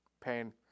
pain